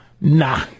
Nah